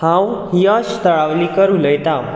हांव यश तळावलीकर उलयतां